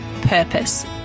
purpose